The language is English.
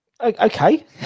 okay